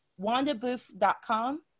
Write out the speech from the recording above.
WandaBooth.com